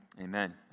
Amen